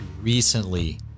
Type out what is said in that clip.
recently